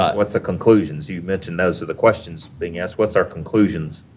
but what's the conclusions? you mentioned those are the questions being asked. what's our conclusions?